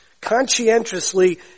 conscientiously